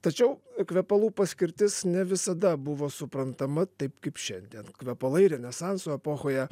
tačiau kvepalų paskirtis ne visada buvo suprantama taip kaip šiandien kvepalai renesanso epochoje